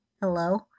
Hello